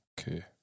Okay